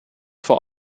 vor